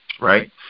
right